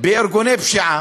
בארגוני פשיעה,